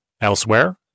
Elsewhere